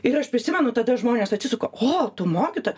ir aš prisimenu tada žmonės atsisuka o tu mokytoja